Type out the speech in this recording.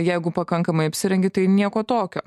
jeigu pakankamai apsirengi tai nieko tokio